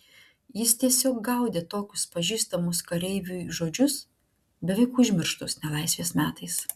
jis tiesiog gaudė tokius pažįstamus kareiviui žodžius beveik užmirštus nelaisvės metais